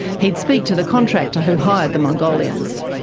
he would speak to the contractor who hired the mongolians.